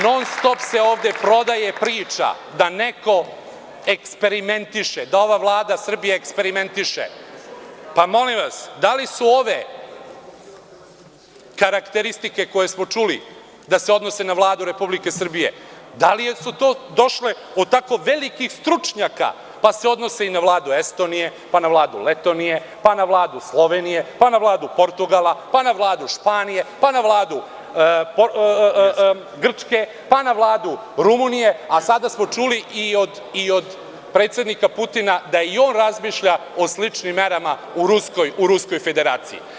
Non-stop se ovde prodaje priča da neko eksperimentiše, da ova Vlada Srbije eksperimentiše, ali molim vas, da li su ove karakteristike koje smo čuli, da se odnose na Vladu Republike Srbije, da li su došle od tako velikih stručnjaka, pa se odnose i na Vladu Estonije, Letonije, Slovenije, Portugalije, Španije, Grčke, na Vladu Rumunije, a sada smo čuli i od predsednika Putina da i on razmišlja o sličnim merama u ruskoj federaciji.